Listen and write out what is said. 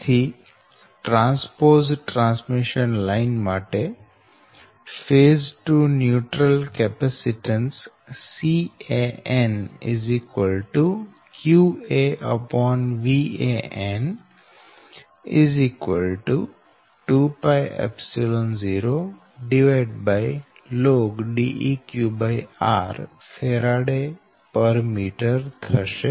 તેથી transpose transmission માટે phase to neutral capacitance Can qaVan 20lnDeqr Fm થશે